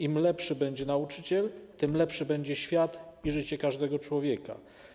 Im lepszy będzie nauczyciel, tym lepszy będzie świat i życie każdego człowieka”